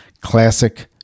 classic